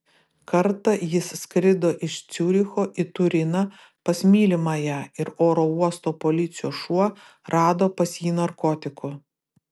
kartą jis skrido iš ciuricho į turiną pas mylimąją ir oro uosto policijos šuo rado pas jį narkotikų